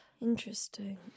Interesting